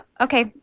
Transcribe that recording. Okay